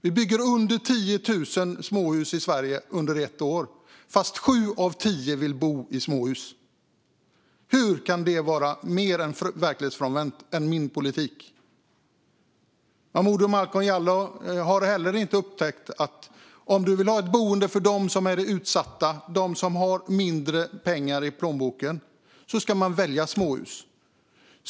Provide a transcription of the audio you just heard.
Vi bygger under 10 000 småhus i Sverige under ett år trots att sju av tio vill bo i småhus. Hur kan det vara mindre verklighetsfrånvänt än min politik? Momodou Malcolm Jallow har heller inte upptäckt att om man vill ha ett boende för dem som är utsatta, dem som har mindre pengar i plånboken, ska man välja småhus.